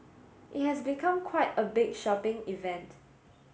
it has become quite a big shopping event